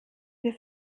wir